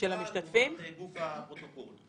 בפתיחה ובגוף הפרוטוקול.